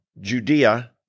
Judea